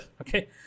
okay